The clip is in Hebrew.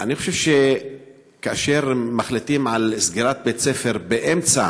אני חושב שכאשר מחליטים על סגירת בית-ספר באמצע